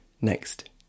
Next